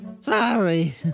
Sorry